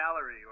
Gallery